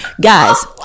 Guys